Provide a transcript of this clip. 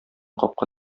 капка